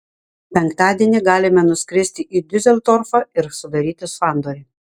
penktadienį galime nuskristi į diuseldorfą ir sudaryti sandorį